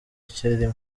icyarimwe